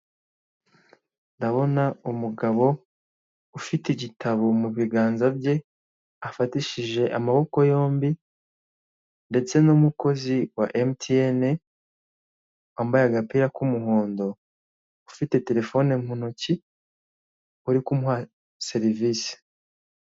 Ndabona umugabo ufite igitabo mu biganza bye afatishije amaboko yombi ndetse n'umukozi wa emutiyene wambaye agapira k'umuhondo ufite terefone mu ntoki uri kumuha serivise.